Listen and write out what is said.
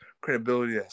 credibility